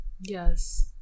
Yes